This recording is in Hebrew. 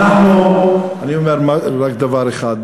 אני אומר רק דבר אחד,